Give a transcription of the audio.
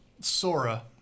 Sora